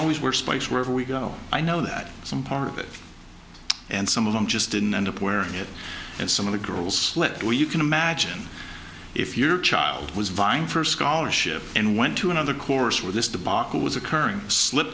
always wear spikes wherever we go i know that some part of it and some of them just didn't end up wearing it and some of the girls were you can imagine if your child was vying for a scholarship and went to another course where this debacle was occurring slip